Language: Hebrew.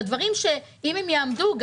בדברים שאם הם יעמדו,